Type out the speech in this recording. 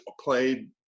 played